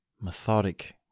methodic